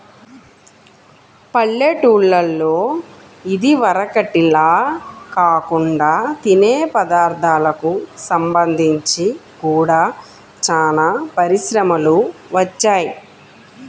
పల్లెటూల్లలో ఇదివరకటిల్లా కాకుండా తినే పదార్ధాలకు సంబంధించి గూడా చానా పరిశ్రమలు వచ్చాయ్